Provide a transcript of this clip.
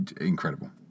incredible